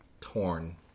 torn